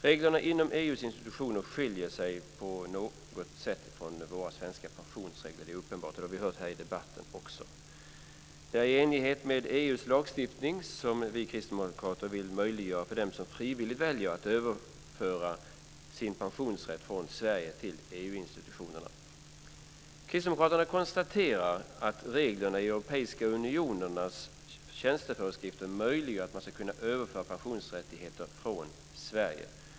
Reglerna inom EU:s institutioner skiljer sig något från våra svenska pensionsregler. Det är uppenbart, och det har vi också hört i debatten. Det är i enlighet med EU:s lagstiftning som vi kristdemokrater vill möjliggöra för dem som frivilligt väljer det att överföra pensionsrätt från Sverige till EU-institutionerna. Kristdemokraterna konstaterar att reglerna i Europeiska gemenskapernas tjänsteföreskrifter möjliggör en överföring av pensionsrättigheter från Sverige.